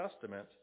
Testament